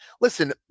listen